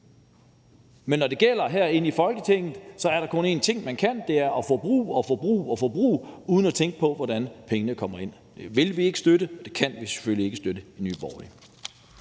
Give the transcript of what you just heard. Men når det gælder herinde i Folketinget, er der kun én ting, man kan, og det er at forbruge og forbruge og forbruge uden at tænke på, hvordan pengene kommer ind. Det vil vi ikke støtte, og det kan vi selvfølgelig ikke støtte i Nye Borgerlige.